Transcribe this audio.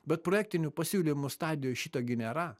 bet projektinių pasiūlymų stadijoj šito gi nėra